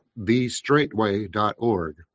thestraightway.org